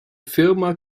firma